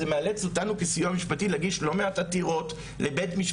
וזה מאלץ אותנו כסיוע משפטי להגיש לא מעט עתירות לבית-משפט,